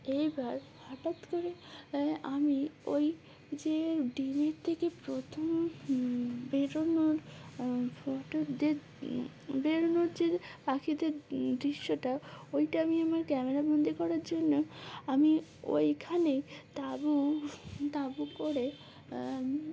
এইবার হঠাৎ করে আমি ওই যে ডমের থেকে প্রথম বেরোনোর ফটোদের বেরোনোর যে পাখিদের দৃশ্যটা ওইটা আমি আমার ক্যামেরা বন্দি করার জন্য আমি ওইখানেই তাাবু তাাবু করে